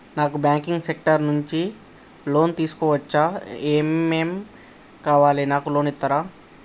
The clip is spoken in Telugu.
నాకు బ్యాంకింగ్ సెక్టార్ నుంచి లోన్ తీసుకోవచ్చా? ఏమేం కావాలి? నాకు లోన్ ఇస్తారా?